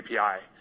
API